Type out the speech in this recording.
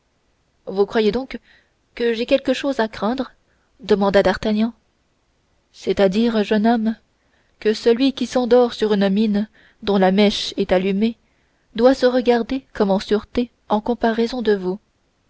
vous croyez donc que j'ai quelque chose à craindre demanda d'artagnan c'est-à-dire jeune homme que celui qui s'endort sur une mine dont la mèche est allumée doit se regarder comme en sûreté en comparaison de vous